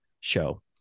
show